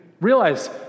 realize